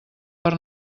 per